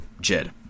Jed